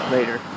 Later